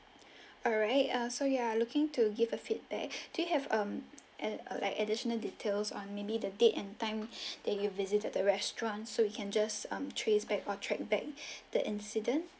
alright ah so you are looking to give a feedback do you have um uh like additional details on maybe the date and time that you've visited the restaurant so we can just um trace back or track back the incident